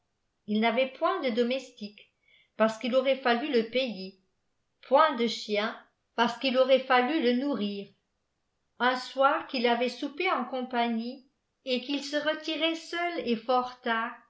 il n'avait point de domestique parce qu'il aurait fallu le payer point de chien parce qu'il aurait fallu le nourrir un goii jfiïhavaît soupe etï comp lhië él i ff tiifc rait seul et fort tard